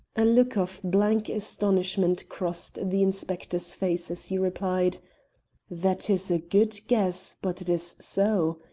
a look of blank astonishment crossed the inspector's face as he replied that is a good guess, but it is so.